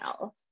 else